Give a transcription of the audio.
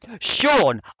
Sean